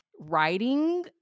writing